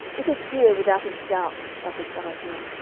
it is here without a doubt muttered serapion,